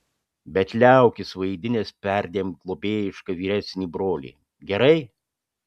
bet liaukis vaidinęs perdėm globėjišką vyresnį brolį gerai